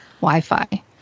Wi-Fi